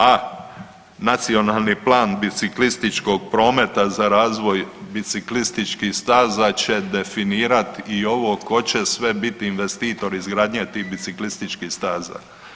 A nacionalni plan biciklističkog prometa za razvoj biciklističkih staza će definirati i ovo tko će sve biti investitor izgradnje tih biciklističkih staza.